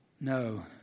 No